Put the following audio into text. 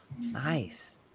Nice